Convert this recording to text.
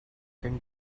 can